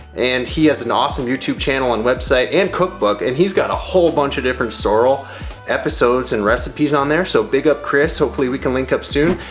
and he has an awesome youtube channel and website and cookbook. and he's got a whole bunch of different sorrel episodes and recipes on there. so big up chris, hopefully, we can link up soon,